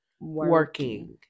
working